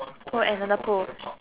hold another pole